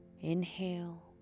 Inhale